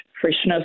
freshness